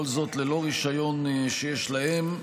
כל זאת ללא רישיון שיש להם,